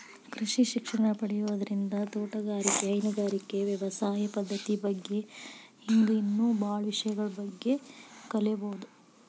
ಕೃಷಿ ಶಿಕ್ಷಣ ಪಡಿಯೋದ್ರಿಂದ ತೋಟಗಾರಿಕೆ, ಹೈನುಗಾರಿಕೆ, ವ್ಯವಸಾಯ ಪದ್ದತಿ ಬಗ್ಗೆ ಹಿಂಗ್ ಇನ್ನೂ ಬಾಳ ವಿಷಯಗಳ ಬಗ್ಗೆ ಕಲೇಬೋದು